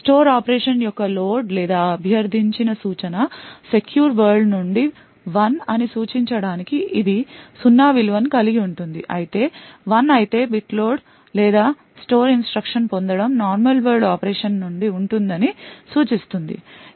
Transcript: store operation యొక్క load లేదా అభ్యర్థించిన సూచన సెక్యూర్ వరల్డ్ నుండి 1 అని సూచించడానికి ఇది సున్నా విలువను కలిగి ఉంటుంది అది 1 అయితే బిట్ లోడ్ లేదా స్టోర్ ఇన్స్ట్రక్షన్ పొందడం నార్మల్ వరల్డ్ ఆపరేషన్ నుండి ఉంటుందని సూచిస్తుంది